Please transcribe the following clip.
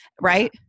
right